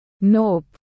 Nope